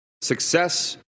Success